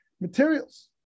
materials